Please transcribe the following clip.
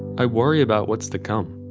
i worry about what's to come,